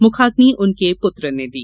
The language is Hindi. मुखाग्नि उनके पुत्र ने दी